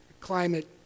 climate